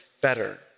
better